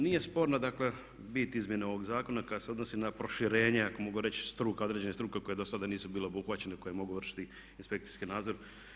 Nije sporna dakle bit izmjene ovog zakona kad se odnosi na proširenje ako mogu reći struka, određenih struka koje dosada nisu bile obuhvaćene i koje mogu vršiti inspekcijski nadzor.